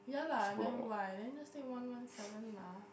yeah lah then why then just take one one seven lah